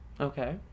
Okay